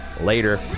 later